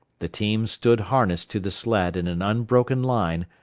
the team stood harnessed to the sled in an unbroken line,